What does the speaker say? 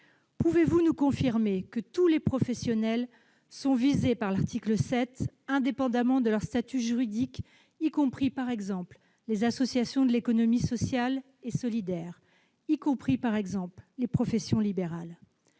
Pouvez-vous nous confirmer que tous les professionnels sont visés par l'article 7, indépendamment de leur statut juridique, c'est-à-dire y compris les associations de l'économie sociale et solidaire ou les professions libérales,